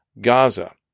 Gaza